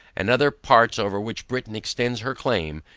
and other parts over which britain extends her claim,